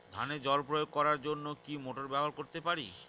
ধানে জল প্রয়োগ করার জন্য কি মোটর ব্যবহার করতে পারি?